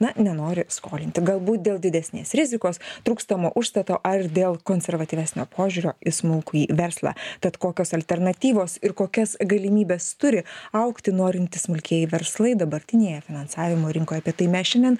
na nenori skolinti galbūt dėl didesnės rizikos trūkstamo užstato ar dėl konservatyvesnio požiūrio į smulkųjį verslą tad kokios alternatyvos ir kokias galimybes turi augti norintys smulkieji verslai dabartinėje finansavimo rinkoj apie tai mes šiandien